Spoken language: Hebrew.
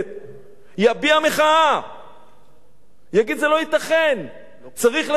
יביע מחאה, יגיד: זה לא ייתכן, צריך לשים גבול.